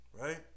Right